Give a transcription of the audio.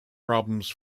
problems